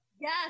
yes